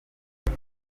uyu